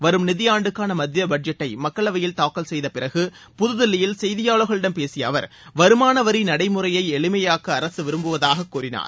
வரும் நிதியாண்டுக்கான மத்திய பட்ஜெட்டை மக்களவையில் தாக்கல் செய்த பிறகு புதுதில்லியில் செய்தியாளர்களிடம் பேசிய அவர் வருமானவரி நடைமுறையை எளிமையாக்க அரசு விரும்புவதாகக் கூறினார்